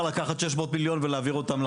לקחת 600 מיליון ולהעביר אותם לחקלאים.